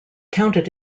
counted